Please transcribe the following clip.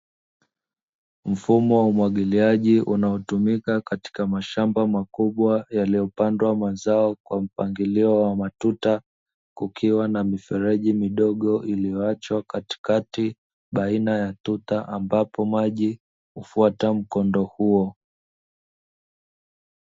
Mfumo wa umwagiliaji unaotumika katika mashamba makubwa yaliyopandwa mazao kwa mpangilio wa matuta, kukiwa na mifereji midogo iliyoachwa katikati baina ya tuta, ambapo maji hufuata mkondo huo.